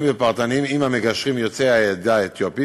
ופרטניים עם המגשרים יוצאי העדה האתיופית,